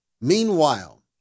Meanwhile